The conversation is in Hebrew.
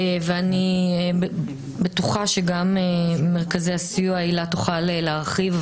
אני בטוחה שגם ממרכזי הסיוע הילה תוכל להרחיב,